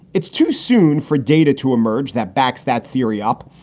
it's too soon for data to emerge that backs that theory up.